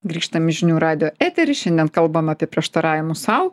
grįžtam į žinių radijo eterį šiandien kalbam apie prieštaravimus sau